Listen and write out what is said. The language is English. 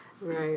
Right